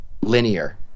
linear